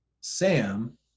Sam